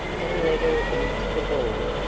and led her into the ball,